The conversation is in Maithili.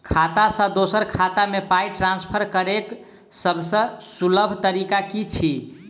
खाता सँ दोसर खाता मे पाई ट्रान्सफर करैक सभसँ सुलभ तरीका की छी?